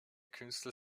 künstler